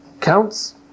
counts